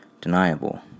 deniable